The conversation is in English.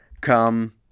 come